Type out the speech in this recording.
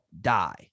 die